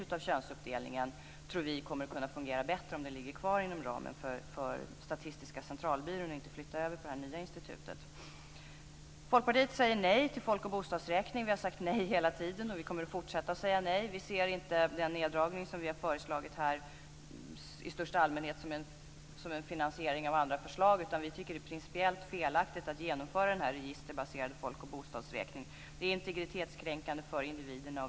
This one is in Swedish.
Vi tror också att analysen av könsuppdelningen kan fungera bättre om den ligger kvar inom ramen för Statiska centralbyrån och inte flyttar över till det här nya institutet. Folkpartiet säger nej till folk och bostadsräkningen. Vi har sagt nej hela tiden, och vi kommer att fortsätta att säga nej. Vi ser inte den neddragning som vi har föreslagit här i största allmänhet som en finansiering av andra förslag. Vi tycker att det är principiellt felaktigt att genomföra den här registerbaserade folkoch bostadsräkningen. Den är integritetskränkande för individerna.